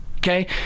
Okay